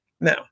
Now